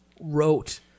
wrote